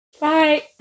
Bye